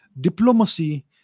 Diplomacy